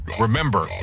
Remember